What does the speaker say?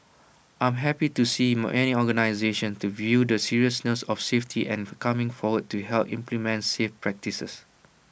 I am happy to see my many organisations the view the seriousness of safety and coming forward to help implement safe practices